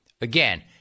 Again